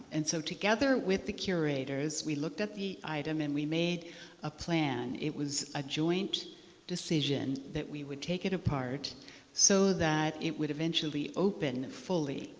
and so together with the curators, we looked at the item and we made a plan. it was a joint decision that we would take it apart so that it would eventually open fully.